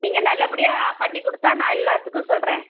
நீங்கள் நல்லபடியாக பண்ணிக் கொடுத்தா நான் எல்லாத்துக்கும் சொல்கிறேன்